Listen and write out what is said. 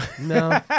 no